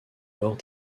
lors